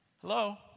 Hello